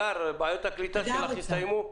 הגר, בעיות הקליטה שלך הסתיימו?